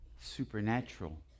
supernatural